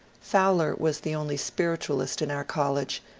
fowler was the only spiritualist in our college,